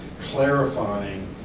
clarifying